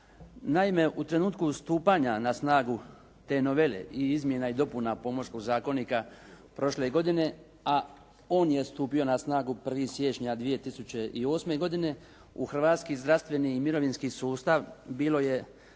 Naime, u trenutku stupanja na snagu te novele i izmjene i dopune Pomorskog zakonika prošle godine, a on je stupio na snagu 1. siječnja 2008. godine, u Hrvatski zdravstveni mirovinski sustav, bilo je